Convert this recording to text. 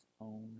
own